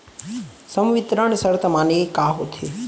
संवितरण शर्त माने का होथे?